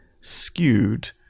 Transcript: skewed